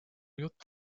jutt